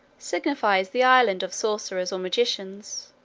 signifies the island of sorcerers or magicians.